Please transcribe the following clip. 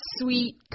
sweet